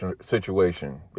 situation